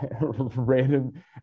random